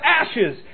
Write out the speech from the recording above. ashes